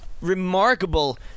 remarkable